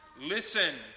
Listen